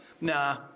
Nah